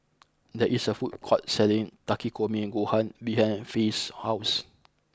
there is a food court selling Takikomi Gohan behind Faye's house